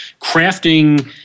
crafting